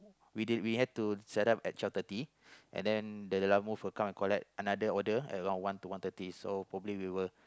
we did we had to set up at twelve thirty and then the lalamove will come and collect another order at around one to one thirty so probably we will